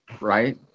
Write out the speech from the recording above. right